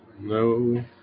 No